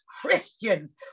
Christians